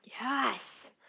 Yes